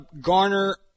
garner